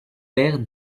père